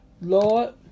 Lord